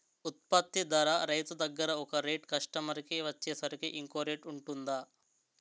ఉత్పత్తి ధర రైతు దగ్గర ఒక రేట్ కస్టమర్ కి వచ్చేసరికి ఇంకో రేట్ వుంటుందా?